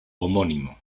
homónimo